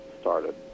started